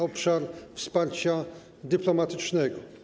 Obszar wsparcia dyplomatycznego.